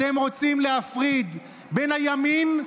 אתם רוצים להפריד בין הימין,